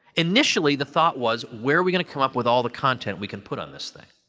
initially, the thought was, where we going to come up with all the content we can put on this thing?